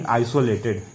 isolated